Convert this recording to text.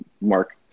Mark